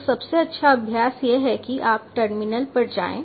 तो सबसे अच्छा अभ्यास यह है कि आप टर्मिनल पर जाएं